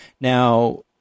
Now